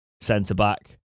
centre-back